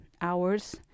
hours